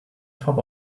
top